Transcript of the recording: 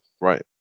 right